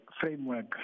framework